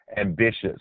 ambitious